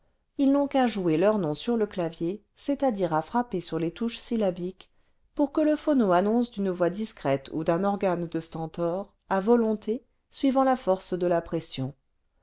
ils n'ont qu'à jouer leurs noms sur le clavier c'est-à-dire à frapper sur les touches syllabiques pour que le phono annonce d'une voix discrète ou d'un organe de stentor à volonté suivant la force de la pression